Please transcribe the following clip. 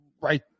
right